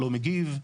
לא מגיב.